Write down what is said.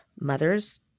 mothers